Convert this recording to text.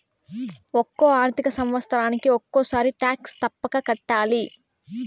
ఒక్కో ఆర్థిక సంవత్సరానికి ఒక్కసారి టాక్స్ తప్పక కట్టాలి